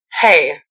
hey